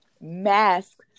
mask